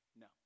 no